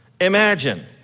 Imagine